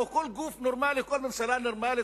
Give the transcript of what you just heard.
כל גוף נורמלי או כל ממשלה נורמלית,